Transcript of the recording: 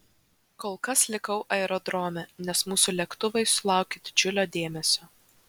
kol kas likau aerodrome nes mūsų lėktuvai sulaukė didžiulio dėmesio